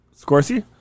Scorsese